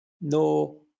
no